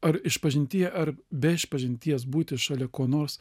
ar išpažintyje ar be išpažinties būti šalia ko nors